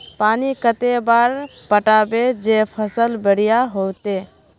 पानी कते बार पटाबे जे फसल बढ़िया होते?